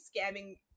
scamming